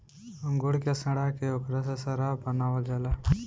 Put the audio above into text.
अंगूर के सड़ा के ओकरा से शराब बनावल जाला